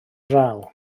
draw